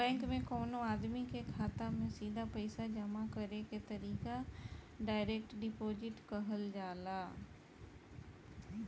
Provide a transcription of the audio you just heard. bank में कवनो आदमी के खाता में सीधा पईसा जामा करे के तरीका डायरेक्ट डिपॉजिट कहल जाला